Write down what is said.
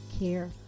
care